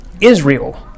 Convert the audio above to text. Israel